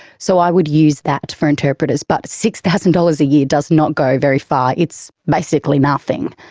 so i would use that for interpreters but six thousand dollars a year does not go very far, it's basically nothing.